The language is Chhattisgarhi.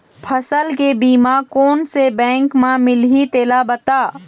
फसल के बीमा कोन से बैंक म मिलही तेला बता?